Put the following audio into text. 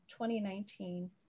2019